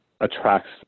attracts